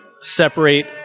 separate